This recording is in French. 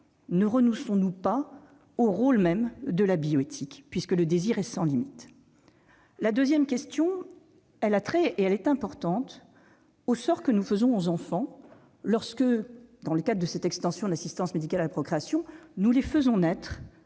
ne renonçons-nous pas au rôle même de la bioéthique, puisque le désir est sans limite ? La deuxième question posée, importante, a trait au sort que nous faisons aux enfants que, dans le cadre de cette extension de l'assistance médicale à la procréation, nous faisons naître